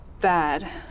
bad